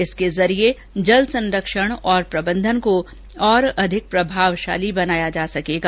इसके जरिए जल संरक्षण और प्रबंधन को और अधिक प्रभावशाली बनाया जा सकेगा